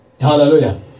Hallelujah